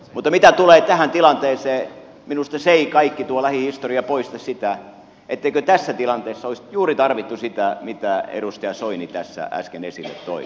mutta mitä tulee tähän tilanteeseen minusta kaikki tuo lähihistoria ei poista sitä etteikö tässä tilanteessa olisi juuri tarvittu sitä mitä edustaja soini tässä äsken esille toi